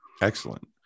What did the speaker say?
Excellent